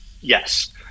yes